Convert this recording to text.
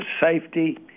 safety